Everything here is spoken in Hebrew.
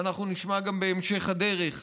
שאנחנו נשמע עליו גם בהמשך הדרך היום,